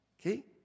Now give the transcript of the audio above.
Okay